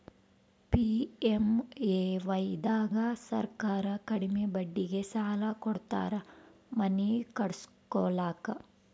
PMAY ದಾಗ ಸರ್ಕಾರ ಕಡಿಮಿ ಬಡ್ಡಿಗೆ ಸಾಲ ಕೊಡ್ತಾರ ಮನಿ ಕಟ್ಸ್ಕೊಲಾಕ